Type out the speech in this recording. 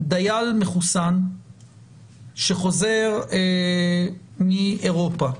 דייל מחוסן שחוזר מאירופה,